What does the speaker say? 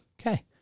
Okay